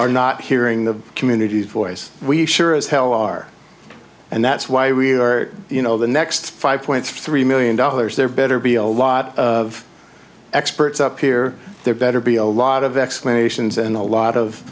are not hearing the community voice we sure as hell are and that's why we are you know the next five point three million dollars there better be a lot of experts up here there better be a lot of explanations and a lot of